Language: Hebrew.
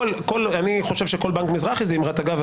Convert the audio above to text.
אני חושב שכל בנק מזרחי זה אמרת אגב,